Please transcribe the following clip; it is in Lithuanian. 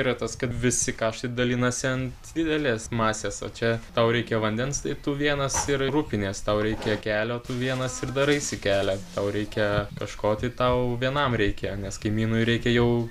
yra tas kad visi kaštai dalinasi ant didelės masės o čia tau reikia vandens tai tu vienas ir rūpinies tau reikia kelio tu vienas ir daraisi kelią tau reikia kažko tai tau vienam reikia nes kaimynui reikia jau